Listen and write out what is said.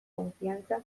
konfiantza